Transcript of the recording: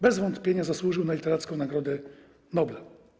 Bez wątpienia zasłużył na Literacką Nagrodę Nobla.